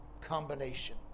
combination